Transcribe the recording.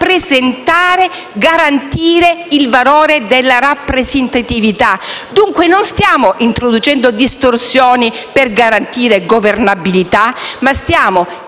dovrebbe garantire il valore della rappresentatività. Non stiamo dunque introducendo distorsioni per garantire governabilità, ma stiamo